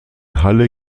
halle